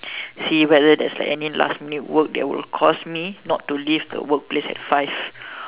see if whether there's any last minute work that will cause me not to leave my work place at five